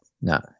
No